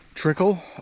trickle